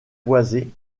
boisé